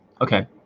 Okay